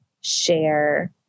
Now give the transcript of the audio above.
share